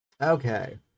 Okay